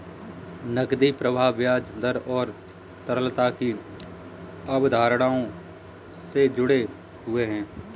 नकदी प्रवाह ब्याज दर और तरलता की अवधारणाओं से जुड़े हुए हैं